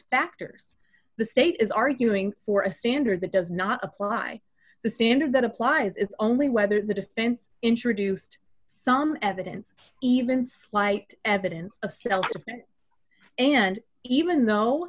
factors the state is arguing for a standard that does not apply the standard that applies is only whether the defense introduced some evidence even slight evidence of self and even though